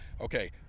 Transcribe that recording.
Okay